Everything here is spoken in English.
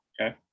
Okay